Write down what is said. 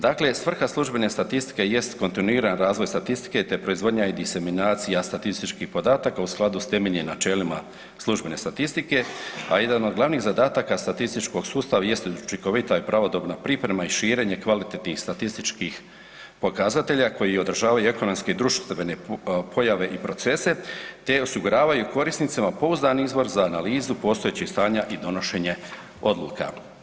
Dakle, svrha službene statistike jest kontinuirani razvoj statistike te proizvodnja i diseminacija statističkih podataka u skladu s temeljnim načelima službene statistike, a jedan od glavnih zadataka statističkog sustava jest učinkovita i pravodobna priprema i širenje kvalitetnih statističkih pokazatelja koji odražavaju ekonomske i društvene pojave i procese te osiguravaju korisnicima pouzdani izvor za analizu postojećih stanja i donošenje odluka.